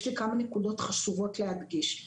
יש לי כמה נקודות חשובות להדגיש.